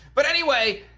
but anyway,